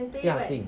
嫁进